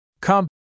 Come